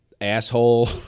asshole